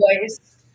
voice